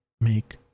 make